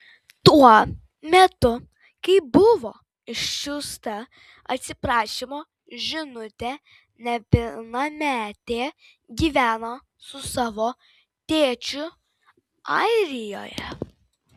tuo metu kai buvo išsiųsta atsiprašymo žinutė nepilnametė gyveno su savo tėčiu airijoje